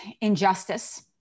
Injustice